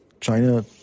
China